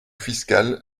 fiscale